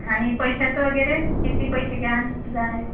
आणि पैशाचं वगैरे किती पैसे घ्यान जाय